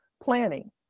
planning